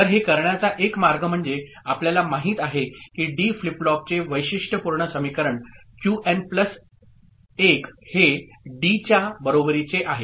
तर हे करण्याचा एक मार्ग म्हणजे आपल्याला माहित आहे की डी फ्लिप फ्लॉपचे वैशिष्ट्यपूर्ण समीकरण क्यूएन प्लस 1 हे डी च्या बरोबरीचे आहे